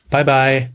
Bye-bye